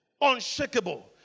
Unshakable